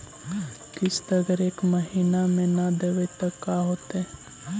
किस्त अगर एक महीना न देबै त का होतै?